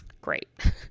Great